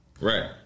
Right